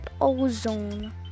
Ozone